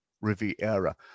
Riviera